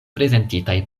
prezentitaj